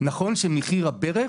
נכון שמחיר הברך